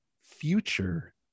future